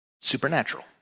supernatural